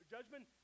Judgment